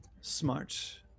smart